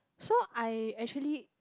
so I actually